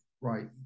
right